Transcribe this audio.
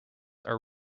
are